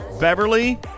Beverly